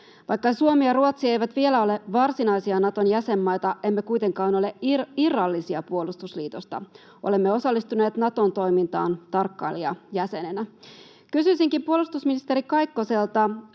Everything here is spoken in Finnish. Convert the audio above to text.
Vaikka Suomi ja Ruotsi eivät vielä ole varsinaisia Naton jäsenmaita, emme kuitenkaan ole irrallisia puolustusliitosta. Olemme osallistuneet Naton toimintaan tarkkailijajäsenenä. Kysyisinkin puolustusministeri Kaikkoselta